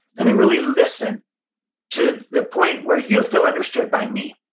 let me really listen to the point where you feel understood by me.